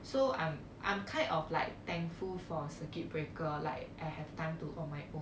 so I'm I'm kind of like thankful for circuit breaker like I have time to on my own